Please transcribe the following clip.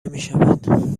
نمیشود